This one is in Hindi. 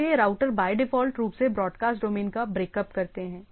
इसलिए राउटर बाय डिफॉल्ट रूप से ब्रॉडकास्ट डोमेन का ब्रेकअप करते हैं